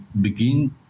begin